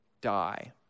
die